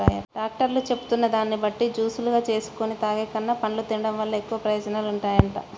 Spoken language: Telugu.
డాక్టర్లు చెబుతున్న దాన్ని బట్టి జూసులుగా జేసుకొని తాగేకన్నా, పండ్లను తిన్డం వల్ల ఎక్కువ ప్రయోజనాలుంటాయంట